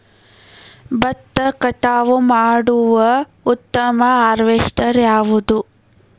ಭತ್ತ ಕಟಾವು ಮಾಡುವ ಉತ್ತಮ ಹಾರ್ವೇಸ್ಟರ್ ಯಾವುದು?